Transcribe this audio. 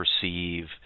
perceive